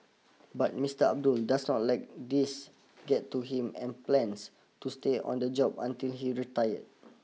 but Mister Abdul does not let these get to him and plans to stay on the job until he retired